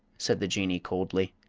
said the jinnee, coldly.